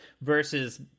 versus